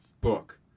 book